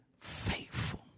faithful